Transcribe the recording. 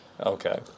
Okay